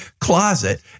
closet